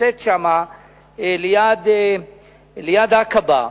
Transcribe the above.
שנמצאת שם ליד עקבה,